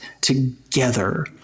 together